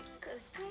Cause